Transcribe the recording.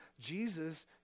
Jesus